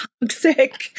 toxic